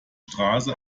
straße